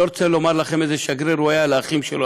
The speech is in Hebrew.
לא רוצה לומר לכם איזה שגריר הוא היה לאחים שלו,